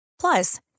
Plus